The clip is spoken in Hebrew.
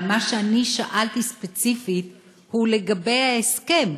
אבל מה שאני שאלתי הוא ספציפית לגבי ההסכם,